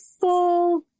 full